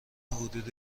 حدود